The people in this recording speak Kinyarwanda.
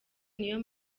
niyo